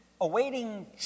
awaiting